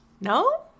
No